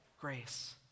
grace